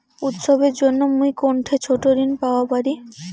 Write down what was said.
উৎসবের জন্য মুই কোনঠে ছোট ঋণ পাওয়া পারি?